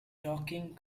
talking